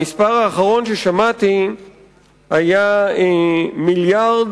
המספר האחרון ששמעתי היה 1.4 מיליארד